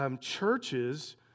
churches